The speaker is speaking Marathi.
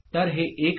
तर हे एक आहे